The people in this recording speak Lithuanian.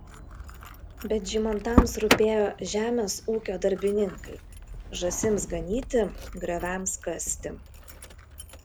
bet žymantams rūpėjo žemės ūkio darbininkai žąsims ganyti grioviams kasti